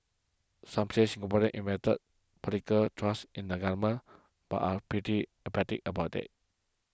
some say Singaporeans invested political trust in the government but are pretty apathetic about it